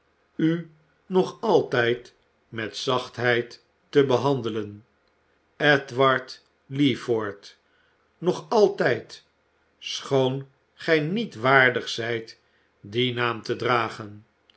u nog altijd met zachtheid te behandelen ja edward leeford nog altijd schoon gij niet waardig zijt dien naam te dragen